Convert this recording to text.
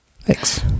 thanks